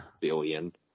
Billion